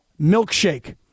milkshake